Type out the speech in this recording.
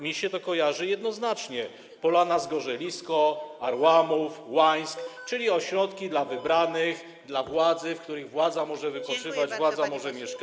Mnie się to kojarzy jednoznacznie: Polana Zgorzelisko, Arłamów, Łańsk, czyli ośrodki dla wybranych, dla władzy, w których władza może wypoczywać, władza może mieszkać.